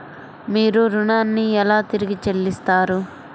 మీరు ఋణాన్ని ఎలా తిరిగి చెల్లిస్తారు?